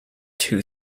two